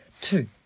Two